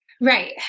Right